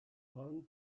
palm